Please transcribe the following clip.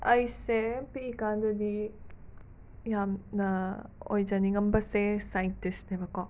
ꯑꯩꯁꯦ ꯄꯤꯛꯏꯀꯥꯟꯗꯗꯤ ꯌꯥꯝꯅ ꯑꯣꯏꯖꯅꯤꯡꯉꯝꯕꯁꯦ ꯁꯥꯏꯟꯇꯤꯁꯅꯦꯕꯀꯣ